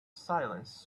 silence